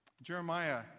Jeremiah